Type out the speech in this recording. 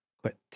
Quit